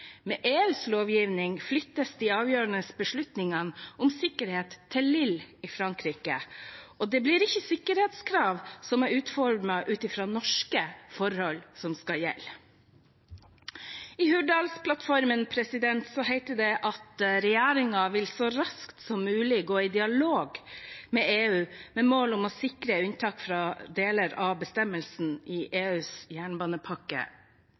Med EUs lovgivning flyttes de avgjørende beslutningene om sikkerhet til Lille i Frankrike, og det blir ikke sikkerhetskrav som er utformet ut fra norske forhold, som skal gjelde. I Hurdalsplattformen heter det at regjeringen vil «så raskt som mulig gå i dialog med EU med mål om å sikre unntak fra deler av bestemmelsene i EUs fjerde jernbanepakke».